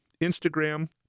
Instagram